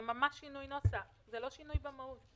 זה ממש שינוי נוסח, זה לא שינוי במהות.